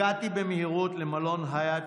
הגעתי במהירות למלון היאט,